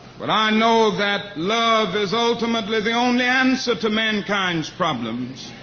but i know ah that love is ultimately the only answer to mankind's problems.